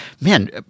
man